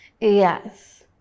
Yes